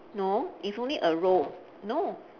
no it's only a row no